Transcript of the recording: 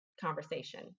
conversation